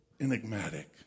enigmatic